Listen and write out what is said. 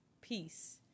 peace